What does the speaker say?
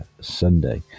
Sunday